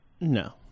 No